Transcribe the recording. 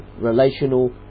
relational